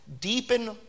deepen